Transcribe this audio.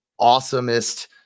awesomest